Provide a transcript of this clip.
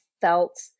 felt